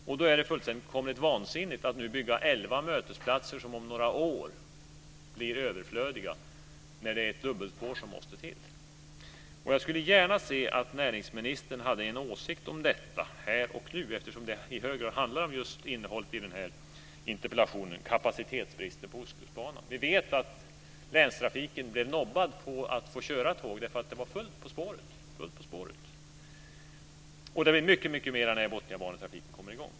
Det är därför fullständigt vansinnigt att nu bygga elva mötesplatser som om några år blir överflödiga eftersom ett dubbelspår måste till. Jag skulle gärna se att näringsministern hade en åsikt om detta här och nu eftersom innehållet i den här interpellationen i hög grad handlar just om kapacitetsbristen på ostkustbanan. Som bekant nobbades länstrafiken när den ville köra tåg därför att det var fullt på spåret. Det blir mycket mera när Botniabanan kommer i bruk.